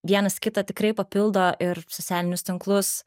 vienas kitą tikrai papildo ir socialinius tinklus